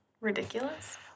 ridiculous